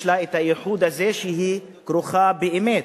יש לה הייחוד הזה שהיא כרוכה באמת